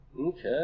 okay